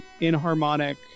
inharmonic